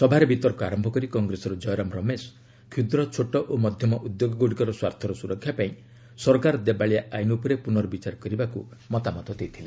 ସଭାରେ ବିତର୍କ ଆରମ୍ଭ କରି କଂଗ୍ରେସର ଜୟରାମ ରାମେଶ କ୍ଷୁଦ୍ର ଛୋଟ ଓ ମଧ୍ୟମ ଉଦ୍ୟୋଗଗୁଡ଼ିକର ସ୍ୱାର୍ଥର ସୁରକ୍ଷା ପାଇଁ ସରକାର ଦେବାଳିଆ ଆଇନ୍ ଉପରେ ପୁର୍ନବିଚାର କରିବାକୁ ମତାମତ ଦେଇଥିଲେ